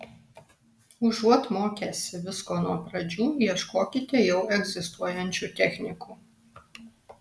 užuot mokęsi visko nuo pradžių ieškokite jau egzistuojančių technikų